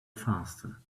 faster